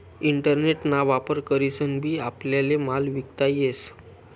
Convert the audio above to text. internet ना वापर करीसन बी आपल्याले माल विकता येस